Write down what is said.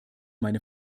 meine